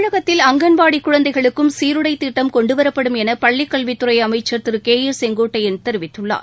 தமிழகத்தில் அங்கன்வாடி குழந்தைகளுக்கும் சீருடைத் திட்டம் கொண்டுவரப்படும் என பள்ளிக்கல்வித்துறை அமச்சர் திரு கே ஏ செங்ககோட்டையன் தெரிவித்துள்ளார்